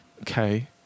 okay